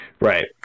Right